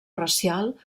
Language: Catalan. racial